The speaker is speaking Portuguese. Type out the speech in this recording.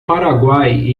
paraguai